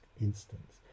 instance